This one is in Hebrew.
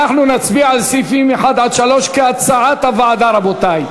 אנחנו נצביע על סעיפים 1 3 כהצעת הוועדה, רבותי.